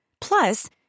Plus